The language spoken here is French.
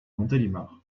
montélimar